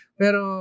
pero